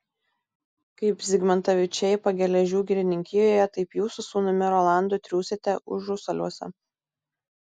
kaip zigmantavičiai pageležių girininkijoje taip jūs su sūnumi rolandu triūsiate užusaliuose